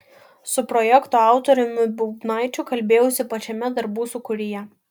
su projekto autoriumi bubnaičiu kalbėjausi pačiame darbų sūkuryje